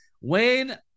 Wayne